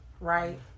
Right